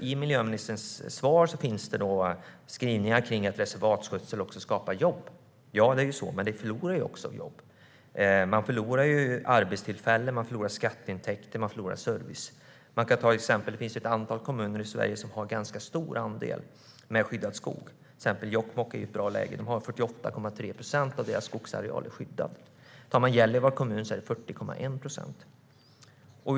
I miljöministerns svar finns skrivningar om att reservatsskötsel skapar jobb. Ja, så är det. Men man förlorar också jobb. Man förlorar arbetstillfällen, man förlorar skatteintäkter och man förlorar service. Det finns ett antal kommuner i Sverige som har en ganska stor andel skyddad skog. Jokkmokk, till exempel, är i ett läge där 48,3 procent av skogsarealen är skyddad. För Gällivare kommun är det 40,1 procent.